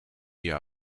die